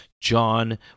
John